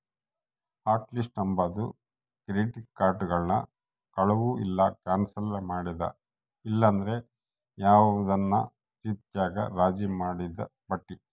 hot list ಅಂಬಾದು credit ಕಾರ್ಡುಗುಳ್ನ ಕಳುವು ಇಲ್ಲ ಕ್ಯಾನ್ಸಲ್ ಮಾಡಿದ ಇಲ್ಲಂದ್ರ ಯಾವ್ದನ ರೀತ್ಯಾಗ ರಾಜಿ ಮಾಡಿದ್ ಪಟ್ಟಿ